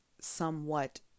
somewhat